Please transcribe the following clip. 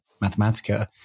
Mathematica